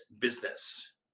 business